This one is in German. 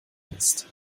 mist